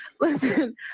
Listen